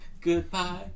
goodbye